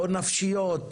או נפשיות,